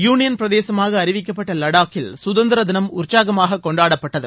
union பிரதேசமாக அறிவிக்கப்பட்ட லடாக்கில் சுதந்திரதினம் உற்சாகமாக கொண்டாடப்பட்டது